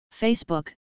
Facebook